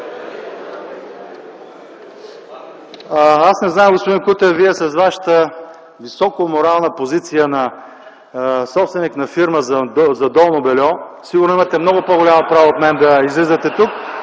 Аз не знам, господин Кутев, Вие с Вашата високоморална позиция на собственик на фирма за долно бельо (оживление в ГЕРБ) сигурно имате много по-голямо право от мен да излизате тук.